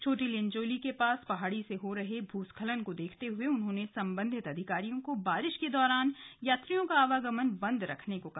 छोटी लिनचोली के पास पहाड़ी से हो रहे भूस्खलन को देखते हुए उन्होंने संबंधित अधिकारियों को बारिश के दौरान यात्रियों का आवागमन बंद करने को कहा